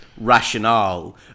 Rationale